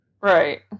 right